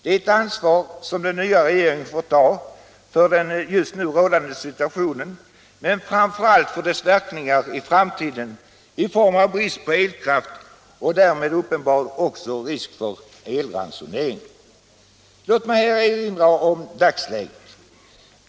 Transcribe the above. Det är ett ansvar som den nya regeringen får ta för den just nu rådande situationen men framför allt för verkningarna i framtiden i form av brist på elkraft och därmed uppenbarligen också risk för elransonering. Låt mig här erinra om dagsläget.